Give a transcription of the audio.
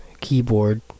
keyboard